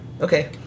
Okay